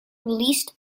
released